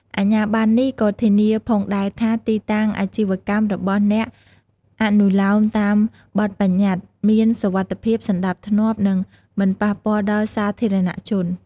អាជ្ញាប័ណ្ណនេះក៏ធានាផងដែរថា ទីតាំងអាជីវកម្មរបស់អ្នកអនុលោមតាមបទប្បញ្ញត្តិ មាន សុវត្ថិភាព សណ្ដាប់ធ្នាប់ និង មិនប៉ះពាល់ដល់សាធារណៈជន។